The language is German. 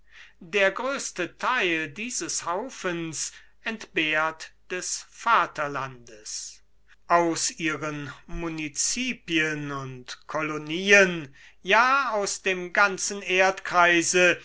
der größte theil dieses haufens entbehrt des vaterlandes aus ihren municipien und kolonieen ja aus dem ganzen erdkreise